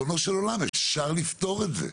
אפשר לפתור את זה.